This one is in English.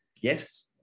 Yes